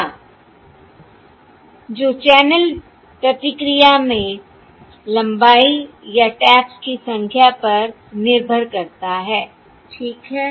या जो चैनल प्रतिक्रिया में लंबाई या टैप्स की संख्या पर निर्भर करता है ठीक है